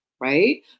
right